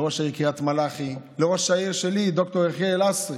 לראש עיריית קריית מלאכי ולראש העיר שלי ד"ר יחיאל לסרי,